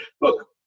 Look